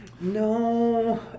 No